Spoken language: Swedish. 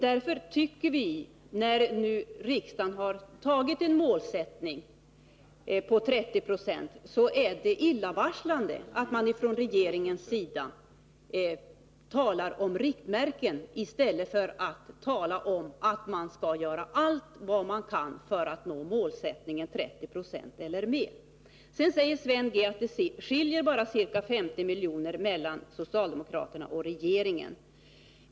När nu riksdagen har antagit målsättningen 30 96, så tycker vi att det är illavarslande att man från regeringens sida talar om riktmärken i stället för att tala om att man skall göra allt vad man kan för att nå målsättningen 30 96 eller mer. Sven Andersson säger att det bara skiljer ca 50 milj.kr. mellan socialdemokraternas och regeringens förslag.